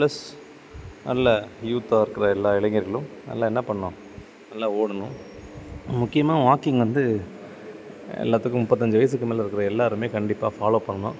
plus நல்ல யூத்தாக இருக்கிற எல்லா இளைஞர்களும் நல்லா என்ன பண்ணும் நல்லா ஓடணும் முக்கியமாக வாக்கிங் வந்து எல்லாத்துக்கும் முப்பத்தஞ்சி வயசுக்கு மேல இருக்கிற எல்லாரும் கண்டிப்பாக ஃபாலோவ் பண்ணணும்